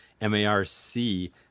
M-A-R-C